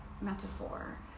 metaphor